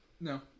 No